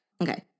Okay